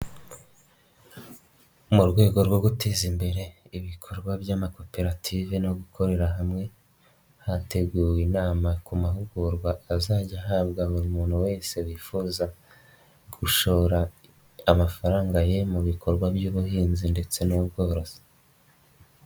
Mu rwego rwo guteza imbere ibikorwa by'amakoperative no gukorera hamwe hateguwe inama ku mahugurwa azajya ahabwa buri muntu wese wifuza gushora amafaranga ye mu bikorwa by'ubuhinzi ndetse n'ubworozi.